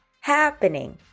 happening